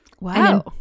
Wow